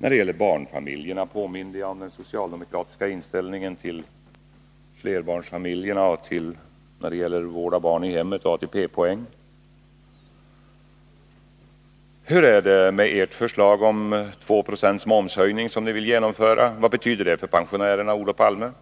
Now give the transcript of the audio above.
När det gäller barnfamiljerna påminde jag om den socialdemokratiska inställningen till flerbarnsfamiljerna liksom beträffande ATP-poäng för vård av barn i hemmet. Hur är det med ert förslag om en 2-procentig momshöjning, som ni vill genomföra? Vad betyder detta netto för pensionärerna, Olof Palme?